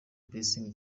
blessing